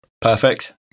perfect